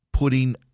putting